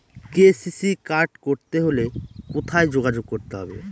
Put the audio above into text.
KCC card করতে হলে কোথায় যোগাযোগ করতে হবে?